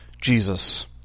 Jesus